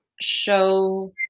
show